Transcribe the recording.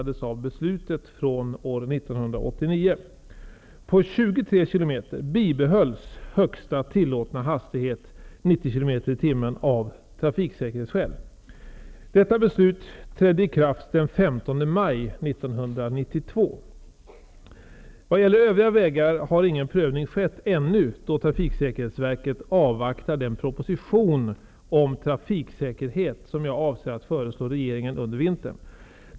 Den 10 Vad gäller övriga vägar har ingen prövning skett ännu då Trafiksäkerhetsverket avvaktar den proposition om trafiksäkerhet som jag avser att föreslå regeringen under vintern.